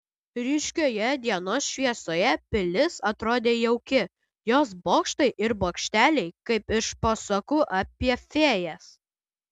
ryškioje dienos šviesoje pilis atrodė jauki jos bokštai ir bokšteliai kaip iš pasakų apie fėjas